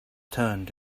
turned